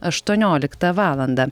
aštuonioliktą valandą